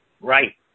Right